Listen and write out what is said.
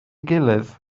gilydd